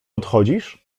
odchodzisz